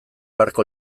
beharko